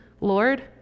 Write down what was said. Lord